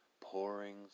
Pouring